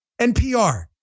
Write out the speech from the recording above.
NPR